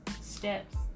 steps